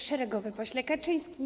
Szeregowy Pośle Kaczyński!